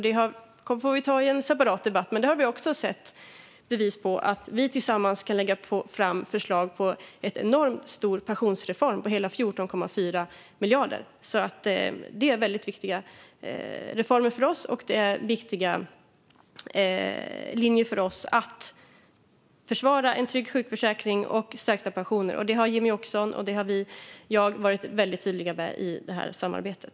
Det får vi ta i en separat debatt, men också där har vi sett bevis på att vi tillsammans kan lägga fram förslag på en enormt stor pensionsreform på hela 14,4 miljarder. Detta är viktiga reformer för oss, och det är en viktig linje för oss att försvara en trygg sjukförsäkring och stärkta pensioner. Det har Jimmie Åkesson och jag varit väldigt tydliga med i samarbetet.